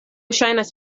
ŝajnas